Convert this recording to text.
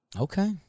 Okay